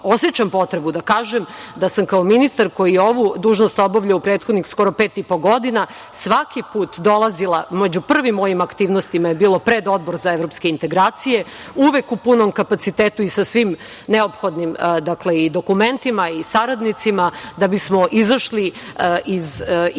osećam potrebu da kažem da sam kao ministar, koji je ovu dužnost obavljao u prethodnih skoro pet i po godina, svaki put dolazila, među prvim mojim aktivnostima je bilo pred Odbor za evropske integracije, uvek u punom kapacitetu i sa svim neophodnim dokumentima i saradnicima, da bismo izašli iz te